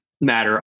matter